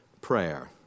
prayer